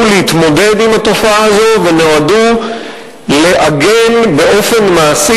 להתמודד עם התופעה הזאת ונועדו לעגן באופן מעשי